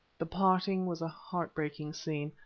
the parting was a heart-breaking scene,